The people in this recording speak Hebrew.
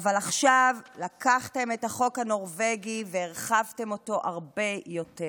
אבל עכשיו לקחתם את החוק הנורבגי והרחבתם אותו הרבה יותר,